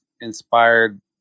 inspired